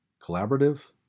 collaborative